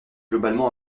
globalement